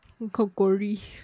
Kokori